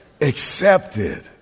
Accepted